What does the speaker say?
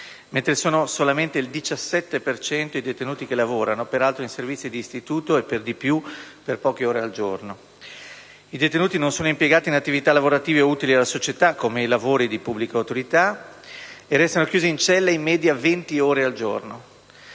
mentre sono solamente il 17 per cento i detenuti che lavorano, peraltro in servizi di istituto, e per di più per poche ore al giorno. I detenuti non sono impiegati in attività lavorative o utili alla società (come i lavori di pubblica utilità) e restano chiusi in cella in media venti ore al giorno,